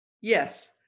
Yes